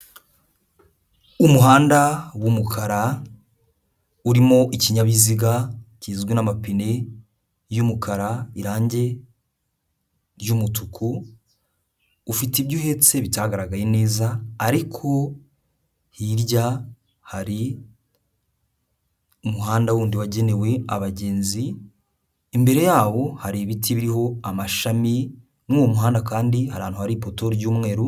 Umuhanda w'umukara urimo ikinyabiziga kigizwe n'amapine y'umukara, irange ry'umutuku, ufite ibyo uhetse bitagaragaye neza ariko hirya hari umuhanda wundi wagenewe abagenzi, imbere yawo hari ibiti biriho amashami no mu muhanda kandi ahantu hari ahantu hari ipoto ry'umweru.